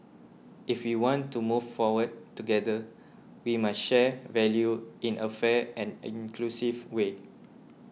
if we want to move forward together we must share value in a fair and inclusive way